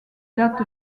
date